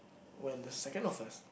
when the second of us